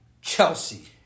Chelsea